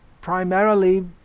primarily